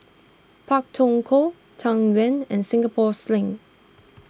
Pak Thong Ko Tang Yuen and Singapore Sling